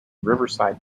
riverside